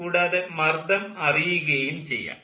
കൂടാതെ മർദ്ദം അറിയുകയും ചെയ്യാം